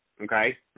Okay